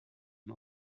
dem